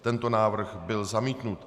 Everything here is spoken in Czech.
Tento návrh byl zamítnut.